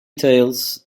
tales